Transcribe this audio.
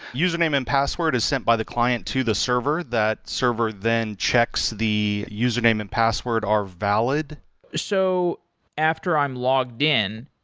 username and password is sent by the client to the server. that server then checks the username and password are valid so after i'm logged in,